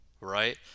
right